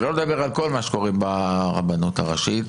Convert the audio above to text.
שלא לדבר על כל מה שקורה ברבנות הראשית,